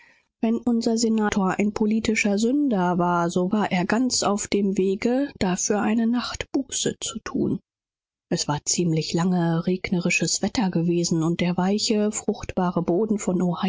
wenn unser guter senator ein politischer sünder war so befand er sich auf dem besten wege dafür eine nächtliche buße zu thun es hatte seit längerer zeit anhaltendes regenwetter geherrscht und der weiche fruchtbare boden von